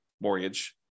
mortgage